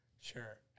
sure